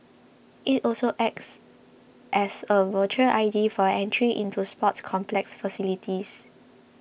it also acts as a virtual I D for entry into sports complex facilities